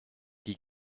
die